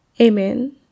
Amen